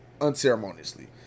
unceremoniously